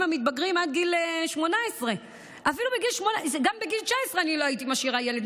המתבגרים עד גיל 18. גם בגיל 19 אני לא הייתי משאירה ילד.